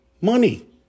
money